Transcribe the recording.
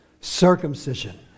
circumcision